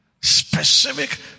Specific